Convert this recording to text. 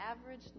average